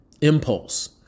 impulse